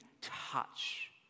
touch